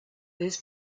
this